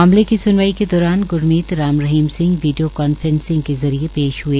मामले की सुनवाई के दौरान ग्रमीत राम रहीम वीडियो कांफ्रेसिंग के जरिये पेश हए